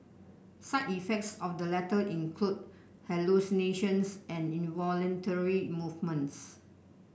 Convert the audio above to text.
side effects of the latter include hallucinations and involuntary movements